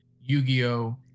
Yu-Gi-Oh